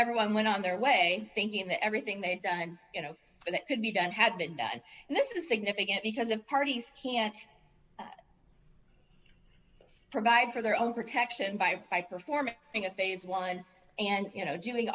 everyone went on their way thinking that everything they had done and you know that could be done had been done and this is significant because of parties can't provide for their own protection by by performing being a phase one and you know doing